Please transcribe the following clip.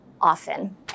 often